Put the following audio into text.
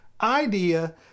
idea